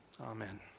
amen